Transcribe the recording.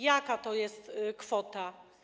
Jaka to jest kwota?